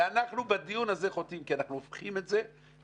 ואנחנו בדיון הזה חוטאים כי אנחנו הופכים את זה לכלי